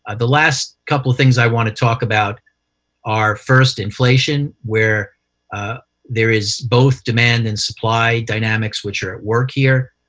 the last couple things i want to talk about are, first, inflation, where there is both demand and supply dynamics which are at work here.